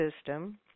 system